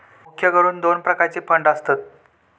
मुख्य करून दोन प्रकारचे फंड असतत